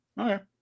Okay